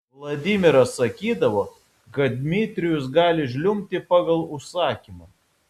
vladimiras sakydavo kad dmitrijus gali žliumbti pagal užsakymą